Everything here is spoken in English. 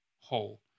whole